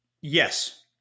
Yes